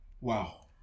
Wow